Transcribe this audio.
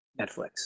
Netflix